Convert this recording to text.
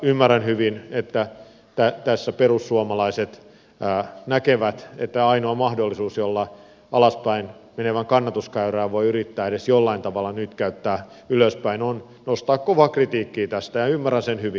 ymmärrän hyvin että tässä perussuomalaiset näkevät että ainoa mahdollisuus jolla alaspäin menevää kannatuskäyrää voi yrittää edes jollain tavalla nytkäyttää ylöspäin on nostaa kovaa kritiikkiä tästä ja ymmärrän sen hyvin